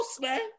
man